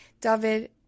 David